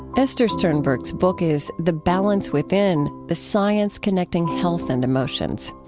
esther sternberg's book is the balance within the science connecting health and emotions.